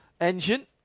engine